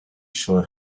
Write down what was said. shall